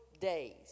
days